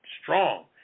strong